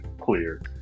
clear